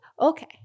okay